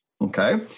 Okay